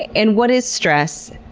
and what is stress?